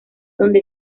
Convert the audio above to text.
donde